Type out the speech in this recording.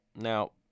now